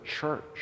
church